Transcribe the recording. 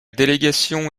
délégation